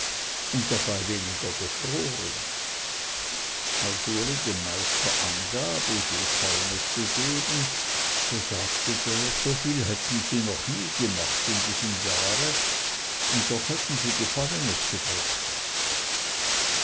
und dabei auch weniger gefroren als uli dem meister angab wieviel korn es gegeben so sagte der so viel hätten sie noch nie gemacht in diesem jahre und doch hätten sie gefallenes gedroschen